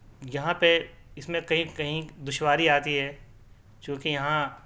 یہاں پہ اس میں کئی کہیں دشواری آتی ہے چونکہ یہاں